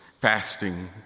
fasting